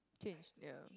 change the